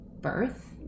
birth